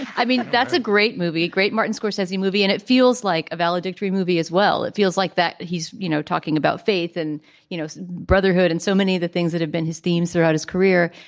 i mean that's a great movie a great martin scorsese movie and it feels like a valedictory movie as well. it feels like that he's you know talking about faith and you know brotherhood and so many of the things that have been his themes throughout his career.